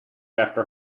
after